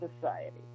society